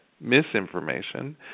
misinformation